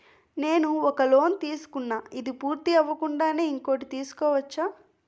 నేను ఒక లోన్ తీసుకున్న, ఇది పూర్తి అవ్వకుండానే ఇంకోటి తీసుకోవచ్చా?